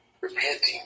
repenting